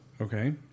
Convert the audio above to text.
Okay